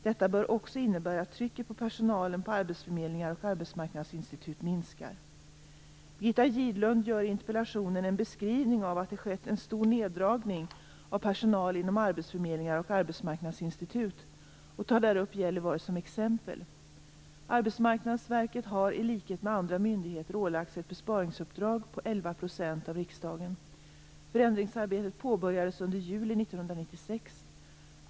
Detta bör också innebära att trycket på personalen på arbetsförmedlingar och arbetsmarknadsinstitut minskar. Birgitta Gidblom gör i interpellationen en beskrivning av att det skett en stor neddragning av personal inom arbetsförmedlingar och arbetsmarknadsinstitut och tar där upp Gällivare som exempel. Arbetsmarknadsverket har i likhet med andra myndigheter ålagts ett besparingsuppdrag på 11 % av riksdagen. Förändringsarbetet påbörjades under juli 1996.